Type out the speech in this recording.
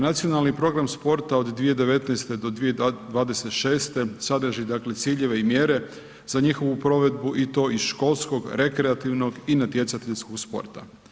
Nacionalni program sporta od 1019. do 2026. sadrži dakle ciljeve i mjere za njihovu provedbu i to iz školskog, rekreativnog i natjecateljskog sporta.